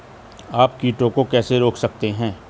आप कीटों को कैसे रोक सकते हैं?